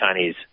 Chinese